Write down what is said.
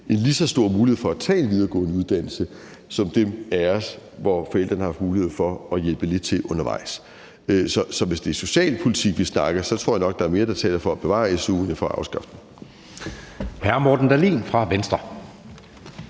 en lige så stor mulighed for at tage en videregående uddannelse som dem af os, hvis forældre har haft mulighed for at hjælpe lidt til undervejs. Så hvis det er socialpolitik, vi snakker om, tror jeg nok, der er mere, der taler for at bevare su'en end for at afskaffe den.